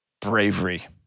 bravery